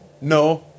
No